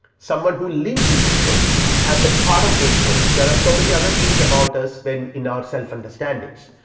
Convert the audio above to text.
someone who lives in this world as a part of this world, there are so, many other things about us then in our self understandings.